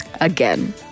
again